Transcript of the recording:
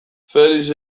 felix